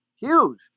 huge